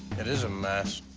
it is a mess.